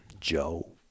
Joe